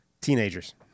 teenagers